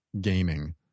gaming